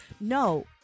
No